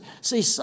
See